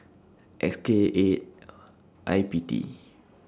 X K eight I P T